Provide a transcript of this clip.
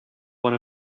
one